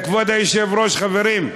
כבוד היושב-ראש, חברים,